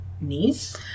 niece